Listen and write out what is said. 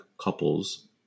couples